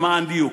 למען הדיוק,